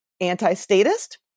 anti-statist